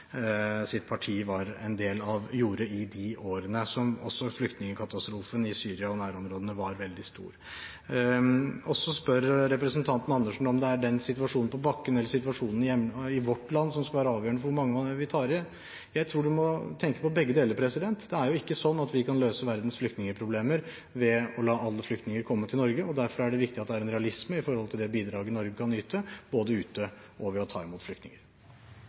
parti var en del av, gjorde i de årene som også flyktningkatastrofen i Syria og nærområdene var veldig stor. Representanten Andersen spør også om det er situasjonen på bakken eller situasjonen i vårt land som skal være avgjørende for hvor mange vi tar inn. Jeg tror man må tenke på begge deler. Det er ikke sånn at vi kan løse verdens flyktningproblemer ved å la alle flyktninger komme til Norge, og derfor er det viktig at det er en realisme når det gjelder bidraget Norge kan yte, både ute og ved å ta imot flyktninger.